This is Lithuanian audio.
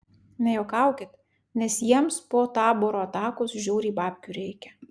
nejuokaukit nes jiems po taboro atakos žiauriai babkių reikia